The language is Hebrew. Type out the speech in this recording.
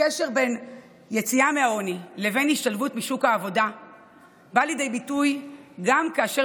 הקשר בין יציאה מהעוני לבין השתלבות בשוק העבודה בא לידי ביטוי גם כאשר